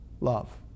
love